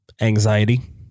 anxiety